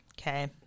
Okay